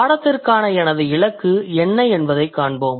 பாடத்திற்கான எனது இலக்கு என்ன என்பதைக் காண்போம்